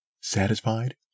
Satisfied